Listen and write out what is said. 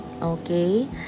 Okay